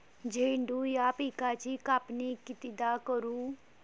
झेंडू या पिकाची कापनी कितीदा करू?